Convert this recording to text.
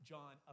John